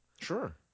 Sure